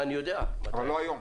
אבל לא היום.